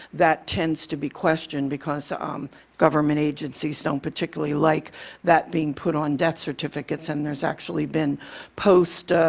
that tends to be questioned because um government agencies don't particularly like that being put on death certificates and there's actually been postmortem,